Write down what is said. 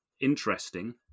interesting